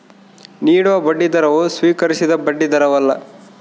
ನೀಡುವ ಬಡ್ಡಿದರವು ಸ್ವೀಕರಿಸಿದ ಬಡ್ಡಿದರವಲ್ಲ